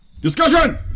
Discussion